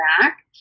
back